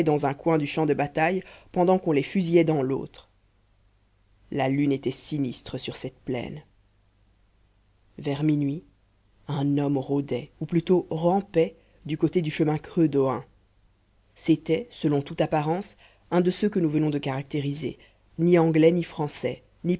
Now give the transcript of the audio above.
dans un coin du champ de bataille pendant qu'on les fusillait dans l'autre la lune était sinistre sur cette plaine vers minuit un homme rôdait ou plutôt rampait du côté du chemin creux d'ohain c'était selon toute apparence un de ceux que nous venons de caractériser ni anglais ni français ni